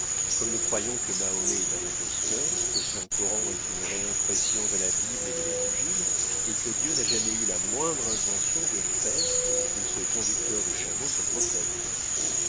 comme nous croyons que mahomet est un imposteur que son coran est une réimpression de la bible et de l'évangile et que dieu n'a jamais eu la moindre intention de faire de ce conducteur de chameaux son prophète